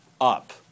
up